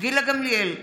גילה גמליאל,